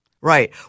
Right